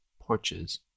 porches